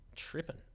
tripping